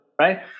Right